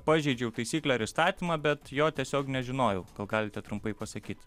pažeidžiau taisyklę ar įstatymą bet jo tiesiog nežinojau gal galite trumpai pasakyt